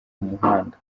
umuhanga